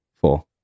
Four